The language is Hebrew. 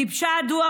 גיבשה דוח,